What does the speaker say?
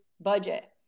budget